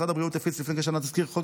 משרד הבריאות הפיץ לפני כשנה תזכיר חוק